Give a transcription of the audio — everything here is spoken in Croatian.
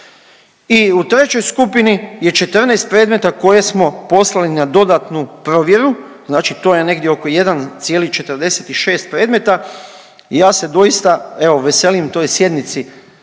I u trećoj skupini je 14 predmeta koje smo poslali na dodatnu provjeru, znači to je negdje oko 1,46 predmeta i ja se doista evo veselim toj sjednici